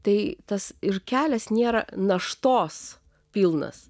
tai tas ir kelias nėra naštos pilnas